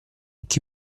chi